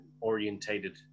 orientated